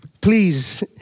Please